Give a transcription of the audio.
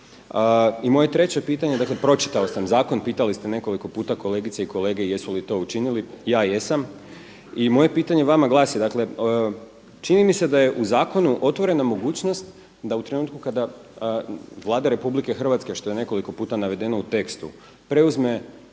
I moje treće pitanje, dakle pročitao sam zakon, pitali ste nekoliko puta kolegice i kolege jesu li to učinili, ja jesam. I moje pitanje vama glasi, dakle čini mi se da je u zakonu otvorena mogućnost da u trenutku kada Vlada RH što je nekoliko puta navedeno u tekstu preuzme